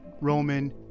Roman